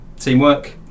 teamwork